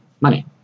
money